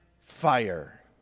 fire